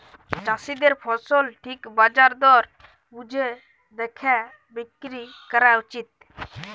চাষীদের ফসল ঠিক বাজার দর বুঝে দ্যাখে বিক্রি ক্যরা উচিত